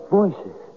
voices